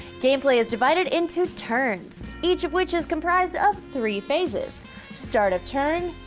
game play is divided into turns, each of which is comprised of three phases start of turn,